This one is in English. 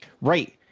Right